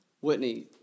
Whitney